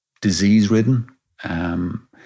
disease-ridden